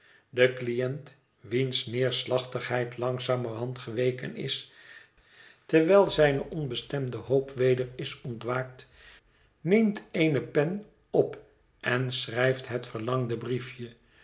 de cliënt wiens neerslachtigheid langzamerhand geweken is terwijl zijne onbestemde hoop het verlaten huis weder is ontwaakt neemt eene pen op en schrijft het verlangde briefje